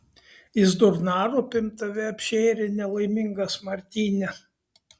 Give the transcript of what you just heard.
jis durnaropėm tave apšėrė nelaimingas martyne